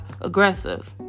aggressive